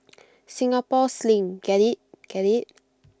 Singapore sling get IT get IT